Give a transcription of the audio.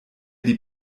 die